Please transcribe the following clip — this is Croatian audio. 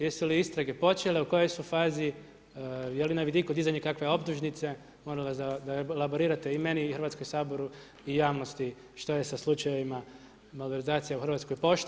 Jesu li istrage počele, u kojoj su fazi, je li na vidiku dizanje kakve optužnice, molim vas da elaborate i meni i Hrvatskom saboru i javnosti što je sa slučajevima malverzacija u Hrvatskoj pošti.